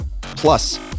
Plus